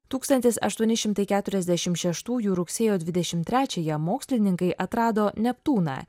tūkstantis aštuoni šimtai keturiasdešimt šeštųjų rugsėjo dvidešimt trečiąją mokslininkai atrado neptūną